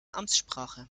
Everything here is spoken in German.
amtssprache